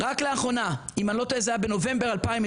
רק לאחרונה; אם אני לא טועה זה היה בנובמבר 2022